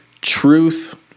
truth